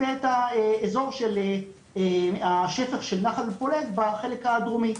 ואת האזור של השטח של נחל פולג בחלק הדרומי.